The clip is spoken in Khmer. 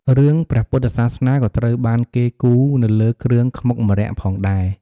រឿងព្រះពុទ្ធសាសនាក៏ត្រូវបានគេគូរនៅលើគ្រឿងខ្មុកម្រ័ក្សណ៍ផងដែរ។